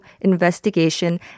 investigation